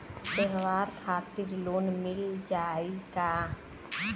त्योहार खातिर लोन मिल जाई का?